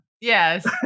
Yes